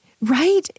Right